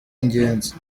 ingenzi